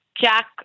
Jack